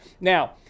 now